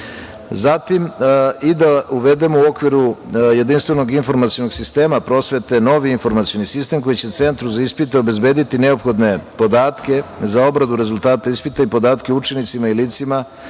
i da uvedemo u okviru jedinstvenog informacionog sistema prosvete novi informacioni sistem kojim će Centru za ispit obezbediti neophodne podatke za obradu rezultata ispita i podatke učenicima i licima